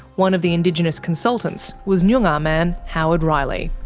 one of the indigenous consultants was nyungar man howard riley.